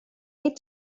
paid